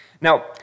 Now